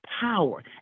power